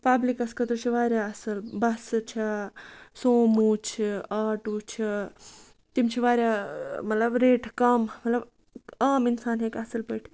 پَبلِکَس خٲطرٕ چھِ واریاہ اَصٕل بَسہٕ چھےٚ سوموٗ چھِ آٹوٗ چھِ تِم چھِ واریاہ مطلب ریٹ کَم مطلب عام اِنسان ہیٚکہِ اَصٕل پٲٹھۍ